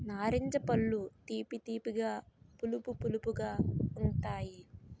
నారింజ పళ్ళు తీపి తీపిగా పులుపు పులుపుగా ఉంతాయి